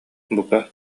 бука